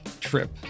trip